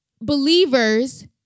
believers